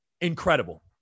incredible